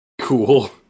Cool